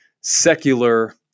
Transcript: secular